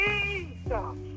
Jesus